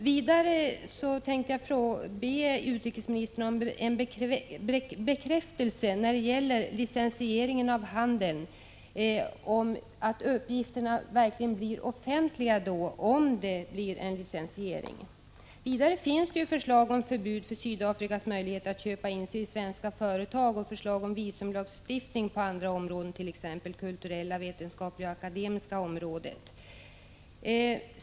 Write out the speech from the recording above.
Får man t.ex. sälja fabriker, produktionslinjer bekräftelse på att uppgifterna verkligen blir offentliga, om det blir en licensiering. Vidare föreligger ju förslag om förbud för Sydafrika att köpa in sig i | svenska företag, och förslag om visumlagstiftning på andra områden, t.ex. det kulturella, vetenskapliga och akademiska området.